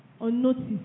unnoticed